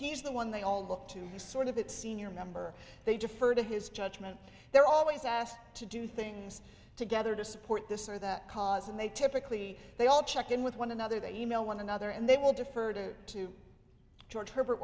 he's the one they all look to he's sort of the senior member they defer to his judgment they're always asked to do things together to support this or that cause and they typically they all check in with one another they e mail one another and they will defer to to george herbert